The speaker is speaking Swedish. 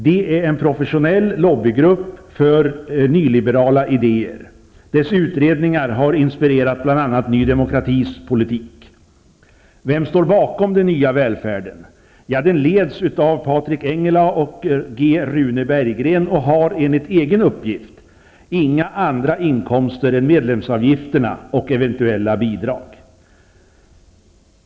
Det är en professionell lobbygrupp för nyliberala idéer. Dess utredningar har inspirerat bl.a. Ny Demokratis politik. Berggren och har, enligt egen uppgift, ''inga andra inkomster än medlemsavgifterna och eventuella bidrag''.